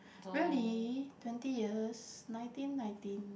really twenty years nineteen nineteen